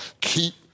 Keep